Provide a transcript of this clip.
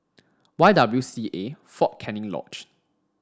Y W C A Fort Canning Lodge